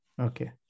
Okay